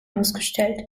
ausgestellt